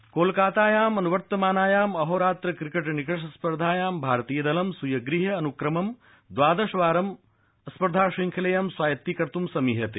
cricket कोलकातायाम् अनुवर्तमानायाम् अहोरात्र क्रिकेट् निकष स्पर्धायां भारतीय दलं स्वीय गृहे अनुक्रमं द्रादश वारं स्पर्धाश्रृंखलेय स्वायत्तीकतुं समीहते